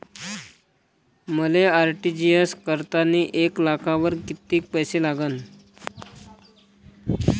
मले आर.टी.जी.एस करतांनी एक लाखावर कितीक पैसे लागन?